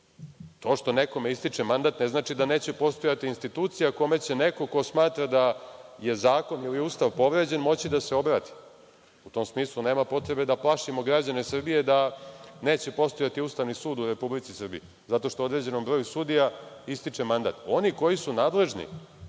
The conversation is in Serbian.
To što nekome ističe mandat ne znači da neće postojati institucija kojoj će neko ko smatra da je zakon ili Ustav povređen moći da se obrati. U tom smislu, nema potrebe da plašimo građane Srbije da neće postojati Ustavni sud u Republici Srbiji zato što određenom broju sudija ističe mandat. Oni koji su nadležni